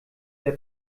der